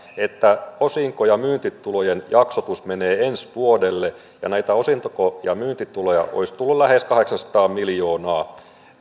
että osinko ja myyntitulojen jaksotus menee ensi vuodelle ja näitä osinko ja myyntituloja olisi tullut lähes kahdeksansataa miljoonaa